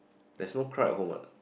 that's no crap home what